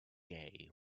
gay